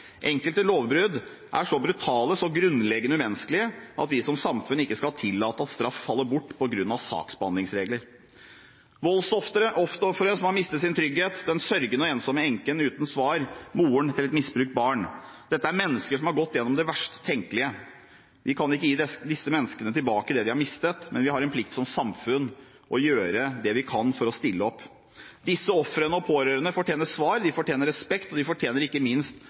Enkelte lovbrudd er så brutale, så grunnleggende umenneskelige, at vi som samfunn ikke skal tillate at straff faller bort på grunn av saksbehandlingsregler. Voldsofferet som har mistet sin trygghet, den sørgende og ensomme enken uten svar, moren til et misbrukt barn: Dette er mennesker som har gått gjennom det verst tenkelige. Vi kan ikke gi disse menneskene tilbake det de har mistet, men vi har en plikt som samfunn til å gjøre det vi kan for å stille opp. Disse ofrene og pårørende fortjener svar, de fortjener respekt, og de fortjener ikke minst